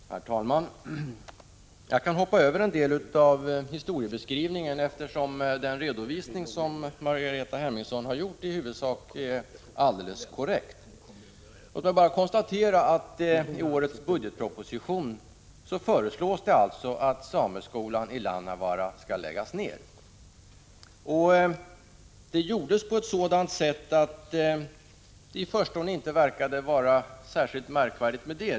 Herr talman! Jag kan hoppa över en del av historiebeskrivningen, eftersom den redovisning som Margareta Hemmingsson gjort i huvudsak är alldeles korrekt. Låt mig bara konstatera att det i årets budgetproposition föreslås att sameskolan i Lannavaara skall läggas ned. Det har skett på ett sådant sätt att det i förstone inte verkade vara något särskilt märkligt med förslaget.